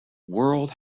world